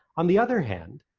on the other hand,